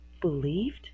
believed